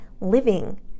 living